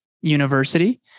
University